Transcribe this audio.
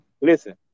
Listen